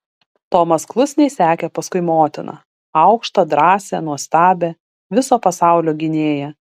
tomas klusniai sekė paskui motiną aukštą drąsią nuostabią viso pasaulio gynėją